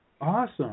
Awesome